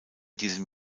diesem